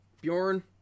bjorn